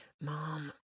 Mom